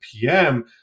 PM